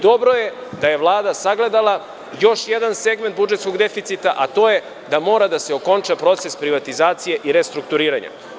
Dobro je da je Vlada sagledala još jedan segment budžetskog deficita, a to je da mora da se okonča proces privatizacije i restrukturiranja.